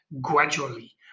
gradually